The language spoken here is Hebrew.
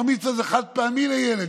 בר-מצווה זה חד-פעמי לילד,